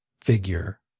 figure